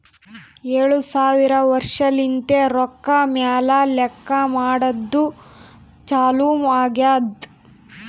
ಏಳು ಸಾವಿರ ವರ್ಷಲಿಂತೆ ರೊಕ್ಕಾ ಮ್ಯಾಲ ಲೆಕ್ಕಾ ಮಾಡದ್ದು ಚಾಲು ಆಗ್ಯಾದ್